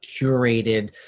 curated